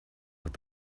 with